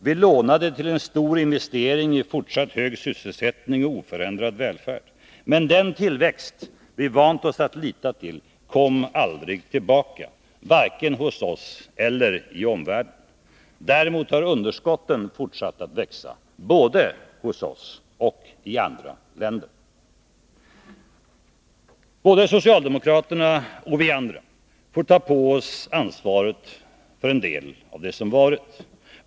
Vi lånade till en stor investering i fortsatt hög sysselsättning och oförändrad välfärd. Men den tillväxt vi vant oss att lita till kom aldrig tillbaka, varken hos oss eller i omvärlden. Däremot har underskotten fortsatt att växa, både hos oss och i andra länder. Både socialdemokraterna och vi andra får ta på oss ansvaret för en del av det som varit.